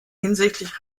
hinsichtlich